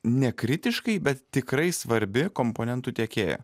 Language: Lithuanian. nekritiškai bet tikrai svarbi komponentų tiekėja